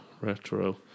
Retro